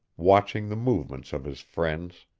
watching the movements of his friends.